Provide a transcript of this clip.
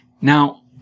Now